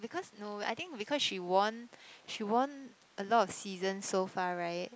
because no I think because she won she won a lot of seasons so far right